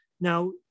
Now